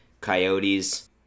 Coyotes